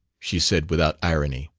she said without irony.